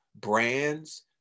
brands